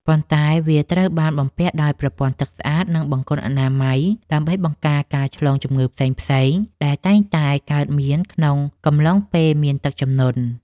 ប៉ុន្តែវាត្រូវបានបំពាក់ដោយប្រព័ន្ធទឹកស្អាត និងបង្គន់អនាម័យ ដើម្បីបង្ការការឆ្លងជំងឺផ្សេងៗដែលតែងតែកើតមានក្នុងកំឡុងពេលមានទឹកជំនន់។